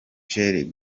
jireh